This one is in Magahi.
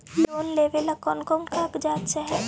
लोन लेने ला कोन कोन कागजात चाही?